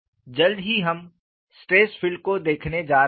जल्द ही हम स्ट्रेस फील्ड को देखने जा रहे हैं